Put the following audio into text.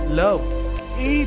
love